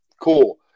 Cool